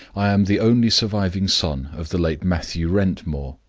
i am the only surviving son of the late mathew wrentmore,